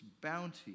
bounty